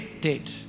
dead